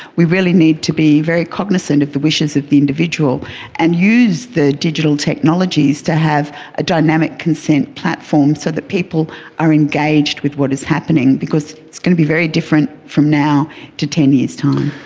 we really need to be very cognisant of the wishes of the individual and use the digital technologies to have a dynamic consent platform so that people are engaged with what is happening because it's going to be very different from now to ten years' time.